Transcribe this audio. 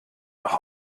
nach